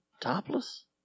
Topless